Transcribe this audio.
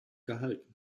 gehalten